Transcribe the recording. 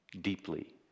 deeply